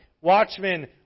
Watchmen